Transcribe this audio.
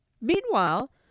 Meanwhile